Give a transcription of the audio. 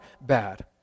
bad